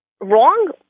wrong